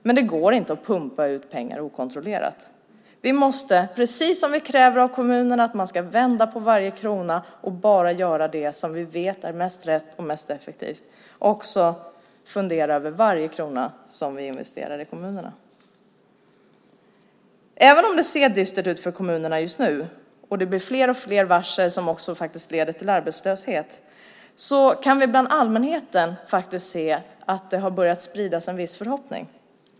Det går dock inte att pumpa ut pengar okontrollerat. På samma sätt som vi kräver att kommunerna ska vända på varje krona och bara göra det som är mest rätt och effektivt måste också vi fundera över varje krona som vi investerar i kommunerna. Även om det just nu ser dystert ut för kommunerna, och fler och fler varsel leder till arbetslöshet, kan vi se att det bland allmänheten börjat spridas en viss förhoppning.